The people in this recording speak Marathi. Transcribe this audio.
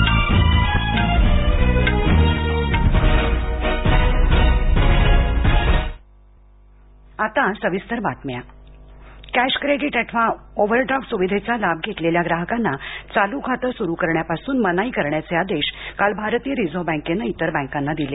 रिझर्व बँक कॅश क्रेडीट अथवा ओव्हर ड्राफ्ट सुविधेचा लाभ घेतलेल्या ग्राहकांना चालू खाते सुरू करण्यापासून मनाई करण्याचे आदेश काल भारतीय रिझर्व्ह बँकेनं काल इतर बँकांना दिले